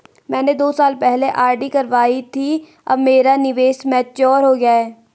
मैंने दो साल पहले आर.डी करवाई थी अब मेरा निवेश मैच्योर हो गया है